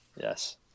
Yes